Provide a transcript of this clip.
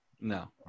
No